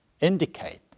indicate